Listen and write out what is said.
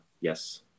yes